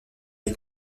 les